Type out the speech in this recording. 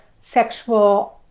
sexual